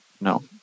No